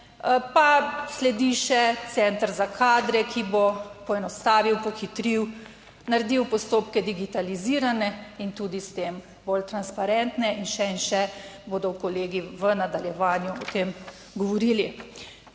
pa sledi še center za kadre, ki bo poenostavil, pohitril, naredil postopke digitalizirane in tudi s tem bolj transparentne, in še in še bodo kolegi v nadaljevanju o tem govorili.